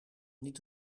niet